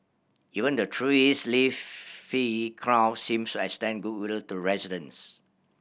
even the tree's leafy crown seems extend goodwill to residents